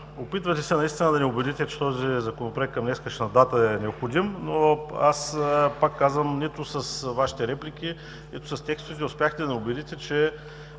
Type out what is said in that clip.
Опитвате се да ни убедите, че този Законопроект към днешна дата е необходим, но аз пак казвам, че нито с Вашите реплики, нито с текстовете успяхте да ни убедите, че